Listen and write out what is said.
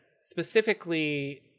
specifically